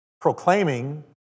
proclaiming